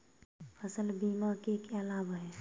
फसल बीमा के क्या लाभ हैं?